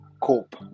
cope